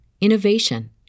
innovation